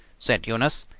said eunice.